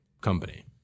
company